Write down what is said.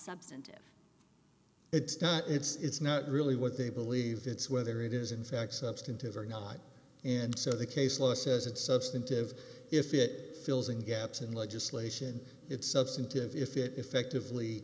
substantive it's not it's not really what they believe it's whether it is in fact substantive or not and so the case law says it's substantive if it fills in gaps in legislation it's substantive if it effectively